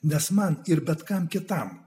nes man ir bet kam kitam